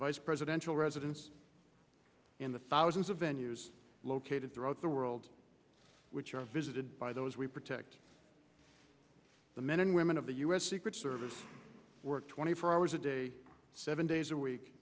vice presidential residence in the thousands of venues located throughout the world which are visited by those we protect the men and women of the u s secret service work twenty four hours a day seven days a week